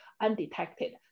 undetected